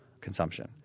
consumption